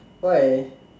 why